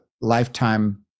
lifetime